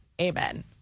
amen